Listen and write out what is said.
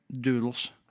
Doodles